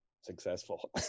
successful